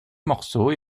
morceaux